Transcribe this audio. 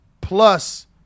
Plus